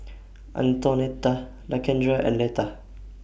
Antonetta Lakendra and Leta